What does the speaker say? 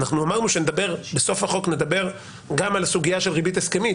אמרנו שבסוף החוק נדבר גם על הסוגייה של ריבית הסכמית